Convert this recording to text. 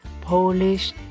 Polish